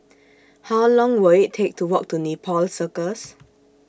How Long Will IT Take to Walk to Nepal Circus